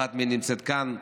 אחת מהן נמצאת כאן,